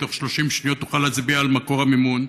תוך 30 שניות אוכל להצביע על מקור המימון: